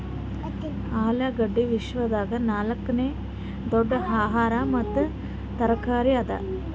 ಆಲೂಗಡ್ಡಿ ವಿಶ್ವದಾಗ್ ನಾಲ್ಕನೇ ದೊಡ್ಡ ಆಹಾರ ಮತ್ತ ತರಕಾರಿ ಅದಾ